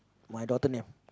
my daughter name